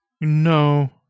No